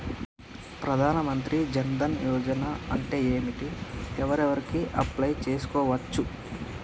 ప్రధాన మంత్రి జన్ ధన్ యోజన అంటే ఏంటిది? ఎవరెవరు అప్లయ్ చేస్కోవచ్చు?